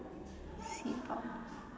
seatbelt